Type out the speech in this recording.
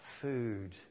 food